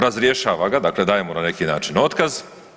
Razrješava ga dakle daje mu na neki način otkaz.